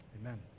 amen